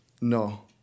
No